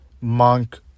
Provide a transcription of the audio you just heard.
Monk